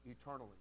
eternally